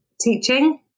teaching